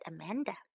Amanda